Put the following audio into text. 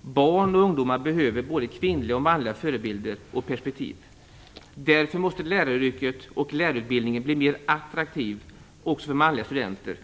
Barn och ungdomar behöver både kvinnliga och manliga förebilder och perspektiv. Därför måste läraryrket och lärarutbildningen bli mer attraktiv också för manliga studenter.